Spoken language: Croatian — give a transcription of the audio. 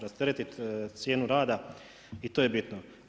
Rasteretiti cijenu rada i to je bitno.